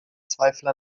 zweifel